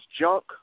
junk